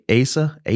Asa